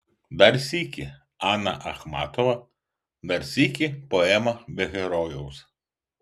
dar sykį ana achmatova dar sykį poema be herojaus